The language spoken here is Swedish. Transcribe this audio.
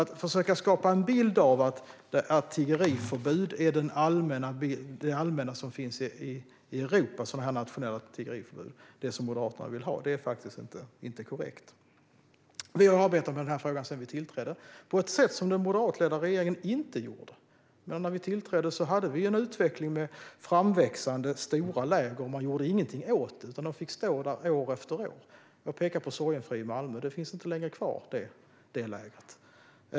Att försöka skapa en bild av att ett sådant nationellt tiggeriförbud som Moderaterna vill ha är något som finns allmänt i Europa är alltså inte korrekt. Vi har arbetat med denna fråga sedan vi tillträdde, på ett sätt som den moderatledda regeringen inte gjorde. När vi tillträdde hade vi en utveckling med framväxande, stora läger, och man gjorde ingenting åt det. De fick stå där år efter år. Jag nämnde Sorgenfri i Malmö - det lägret finns inte längre kvar.